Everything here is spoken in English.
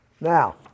Now